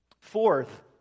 Fourth